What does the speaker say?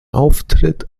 auftritt